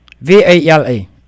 V-A-L-A